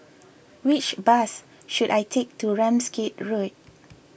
which bus should I take to Ramsgate Road